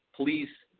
police,